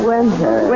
Winter